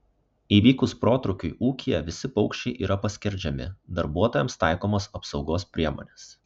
įvykus protrūkiui ūkyje visi paukščiai yra paskerdžiami darbuotojams taikomos apsaugos priemonės